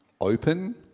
open